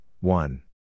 one